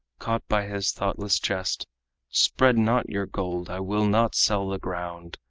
caught by his thoughtless jest spread not your gold i will not sell the ground.